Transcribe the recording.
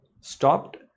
stopped